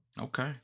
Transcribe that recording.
Okay